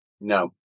No